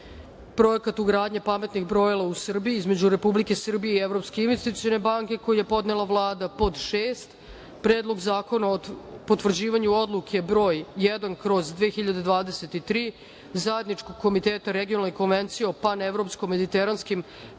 (Projekat ugradnje pametnih brojila u Srbiji) između Republike Srbije i Evropske investicione banke, koji je podnela Vlada;6. Predlog zakona o potvrđivanju Odluke broj 1/2023 Zajedničkog komiteta Regionalne Konvencije o pan-evro-mediteranskim